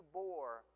bore